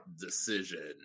decision